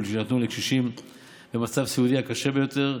שיינתנו לקשישים במצב סיעודי הקשה ביותר.